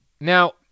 Now